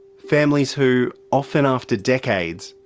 families who, often after decades,